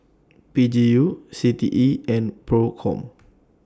P G U C T E and PROCOM